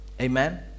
amen